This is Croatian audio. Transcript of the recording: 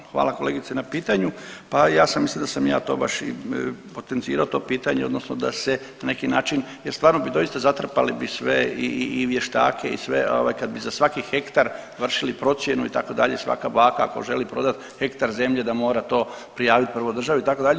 Evo hvala, hvala kolegice na pitanju, pa ja sam mislio da sam ja to baš i potencirao to pitanje odnosno da se na neki način jer stvarno bi doista zatrpali bi sve i vještake i sve ovaj kad bi za svaki hektar vršili procjenu itd., svaka baka ako želi prodati hektar zemlje da mora to prijaviti prvo državi itd.